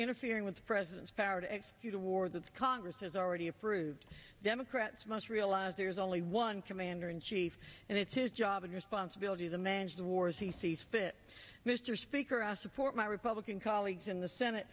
interfering with the president's power to execute a war that the congress has already approved democrats must realize there is only one commander in chief and it's his job and responsibility the manage the war as he sees fit mr speaker i support my republican colleagues in the senate